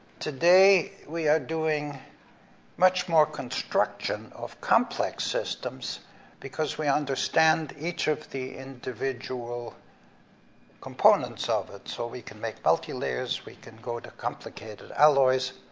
today, we are doing much more construction of complex systems because we understand each of the individual components of it, so we can make multilayers, we can go to complicated alloys,